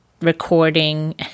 recording